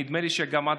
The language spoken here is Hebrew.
נדמה לי שגם את,